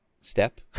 step